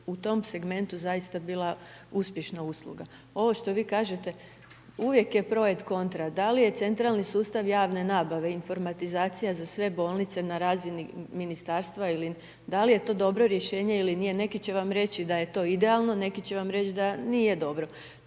u tom segmentu zaista bila uspješna usluga. Ovo što vi kažete, uvijek je projekt kontra. Da li je centralni sustav javne nabave, informatizacija za sve bolnice na razini Ministarstva ili da li je to dobro rješenje ili nije, neki će vam reći da je to idealno, neki će vam reći da nije dobro.